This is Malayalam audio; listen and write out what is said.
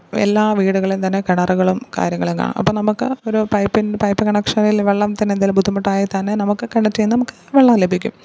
എല്ലാ വീടുകളിലും തന്നെ കിണറുകളും കാര്യങ്ങളും കാണും അപ്പം നമുക്ക് ഒരു പൈപ്പിന് പൈപ്പ് കണക്ഷനില് വെള്ളത്തിനെന്തെങ്കിലും ബുദ്ധിമുട്ടായാൽ തന്നെ നമുക്ക് കെണറ്റിൽ നമുക്ക് വെള്ളം ലഭിക്കും